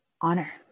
honor